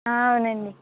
అవునండి